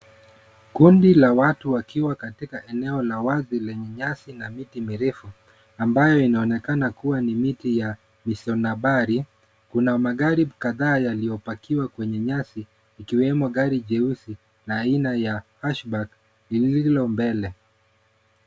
Kundi la watu wakiwa katika eneo la wazi lenye nyasi na miti mirefu ambayo inaonekana kuwa ni miti ya Misonabari. Kuna magari kadhaa yaliyoparkiwa kwenye nyasi ikiwemo gari jeusi la aina ya Ashback lilo mbele.